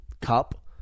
Cup